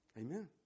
Amen